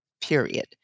period